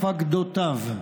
ומפקדותיו.